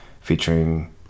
featuring